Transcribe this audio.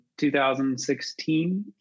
2016